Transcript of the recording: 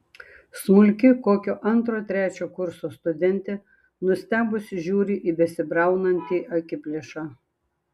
smulki kokio antro trečio kurso studentė nustebusi žiūri į besibraunantį akiplėšą